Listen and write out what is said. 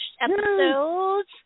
episodes